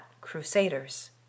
crusaders